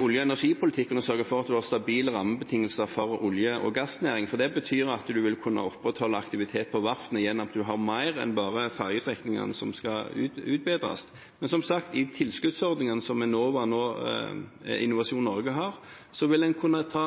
og energipolitikken å sørge for at man har stabile rammebetingelser for olje- og gassnæringen, for det betyr at en vil kunne opprettholde aktivitet på verftene gjennom at en har mer enn bare ferjestrekningene som skal utbedres. Men, som sagt, i tilskuddsordningen som Innovasjon Norge nå har, vil en kunne ta